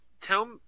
tell